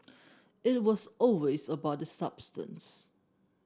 it was always about the substance